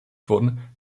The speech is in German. wurden